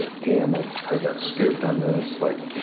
ah damn it. i got scooped on this. like,